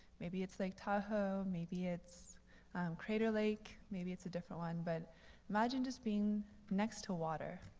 maybe it's lake tahoe. maybe it's crater lake. maybe it's a different one. but imagine just being next to water.